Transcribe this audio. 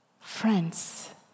Friends